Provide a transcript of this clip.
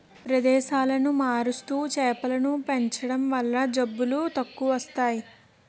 ప్రదేశాలను మారుస్తూ చేపలను పెంచడం వల్ల జబ్బులు తక్కువస్తాయి